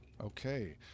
Okay